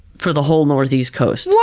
for the whole northeast coast.